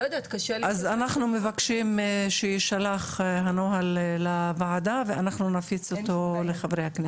אז אנחנו מבקשים שיישלח הנוהל לוועדה ואנחנו נפיץ אותו לחברי הכנסת.